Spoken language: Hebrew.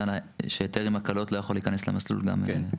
שהיתר עם הקלות לא יכול להיכנס למסלול גם?